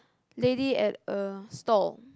lady at a stall